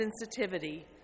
sensitivity